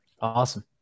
awesome